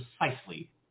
precisely